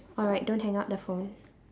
alright don't hang up the phone